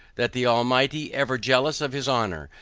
that the almighty ever jealous of his honor,